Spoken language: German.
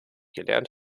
gelernt